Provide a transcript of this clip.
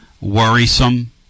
worrisome